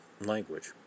language